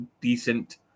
decent